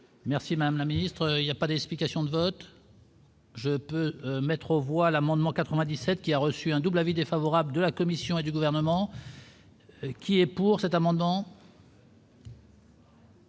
Merci madame la ministre, il y a pas d'explication de vote. Je peux mettre au voile amendement 97 qui a reçu un double avis défavorable de la Commission et du gouvernement. Qui est pour cet amendement.